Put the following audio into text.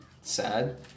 sad